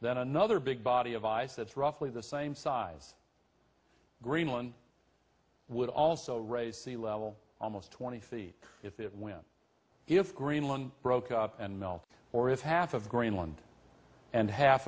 than another big body of ice that's roughly the same size greenland would also raise sea level almost twenty feet if it will if greenland broke up and melt or if half of greenland and half